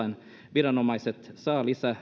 viranomaiset saavat lisää